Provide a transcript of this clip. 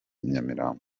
nyamirambo